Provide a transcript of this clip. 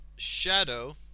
Shadow